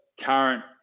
current